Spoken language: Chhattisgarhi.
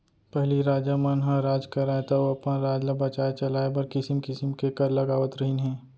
पहिली राजा मन ह राज करयँ तौ अपन राज ल बने चलाय बर किसिम किसिम के कर लगावत रहिन हें